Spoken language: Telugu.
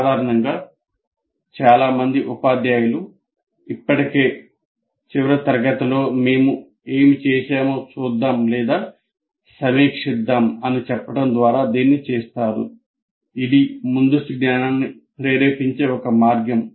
సాధారణంగా చాలా మంది ఉపాధ్యాయులు ఇప్పటికే చివరి తరగతిలో మేము ఏమి చేసామో చూద్దాం లేదా సమీక్షిద్దాం అని చెప్పడం ద్వారా దీన్ని చేస్తారు ఇది ముందస్తు జ్ఞానాన్ని ప్రేరేపించే ఒక మార్గం